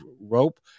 rope